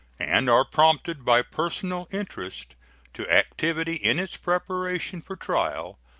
and are prompted by personal interest to activity in its preparation for trial,